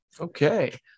Okay